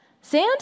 Sand